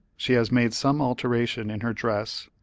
she has made some alteration in her dress,